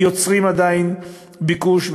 יוצרים עדיין ביקוש,